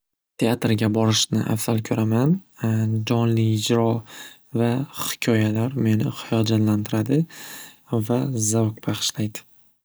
Teatrga borishni afzal ko'raman. Jonli ijro va hikoyalar meni hayajonlantiradi va zavq bag'ishlaydi.